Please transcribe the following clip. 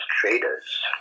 traders